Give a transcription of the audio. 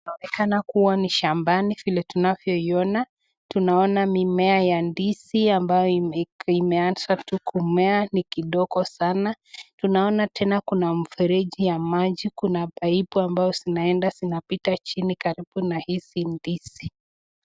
Inaonekana kuwa ni shambani vile tunavyoiona, tunaona mimea ya ndizi ambayo imeanza tu kumea ni kidogo sana, tunaona tena kuna mfereji ya maji, Kuna paipu ambazo zinaenda zinapita chini karibu na ndizi Hizi.